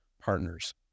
partners